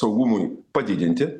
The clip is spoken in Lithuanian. saugumui padidinti